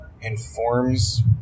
informs